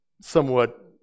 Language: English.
somewhat